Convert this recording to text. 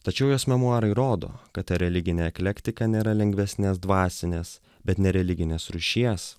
tačiau jos memuarai rodo kad ta religinė eklektika nėra lengvesnės dvasinės bet nereliginės rūšies